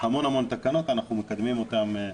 המון המון תקנות, אנחנו מקדמים אותם.